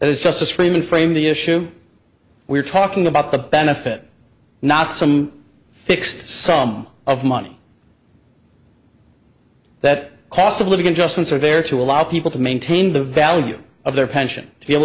as justice freeman framed the issue we're talking about the benefit not some fixed sum of money that cost of living adjustments are there to allow people to maintain the value of their pension to be able